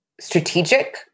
strategic